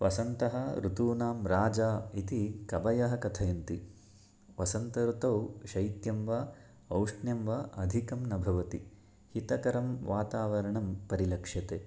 वसन्तः ऋतूनां राजा इति कवयः कथयन्ति वसन्तऋतौ शैत्यं वा औष्ण्यं वा अधिकं न भवति हितकरं वातावरणं परिलक्ष्यते